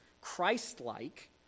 Christ-like